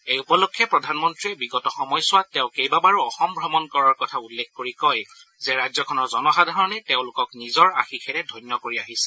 এই উপলক্ষে প্ৰধানমন্ত্ৰীয়ে বিগত সময়ছোৱাত তেওঁ কেইবাবাৰো অসম ভ্ৰমণ কৰাৰ কথা উল্লেখ কৰি কয় যে ৰাজ্যখনৰ জনসাধাৰণে তেওঁলোকক নিজৰ আশীষেৰে ধন্য কৰি আহিছে